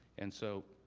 and so,